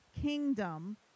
kingdom